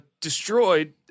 Destroyed